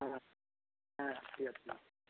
হ্যাঁ হ্যাঁ হ্যাঁ ঠিক আছে ঠিক আছে